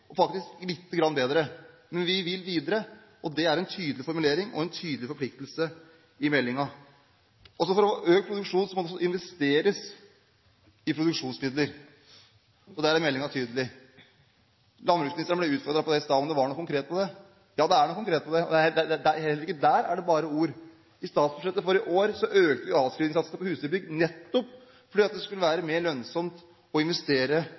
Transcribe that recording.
og faktisk litt bedre. Men vi vil videre, og det er en tydelig formulering og en tydelig forpliktelse i meldingen. For å få økt produksjon må det investeres i produksjonsmidler. Der er meldingen tydelig. Landbruksministeren ble i stad utfordret på om det var noe konkret når det gjelder det. Ja, det er noe konkret. Heller ikke der er det bare ord. I statsbudsjettet for i år økte vi avskrivningssatsene for husdyrbygg nettopp fordi det skulle være mer lønnsomt å investere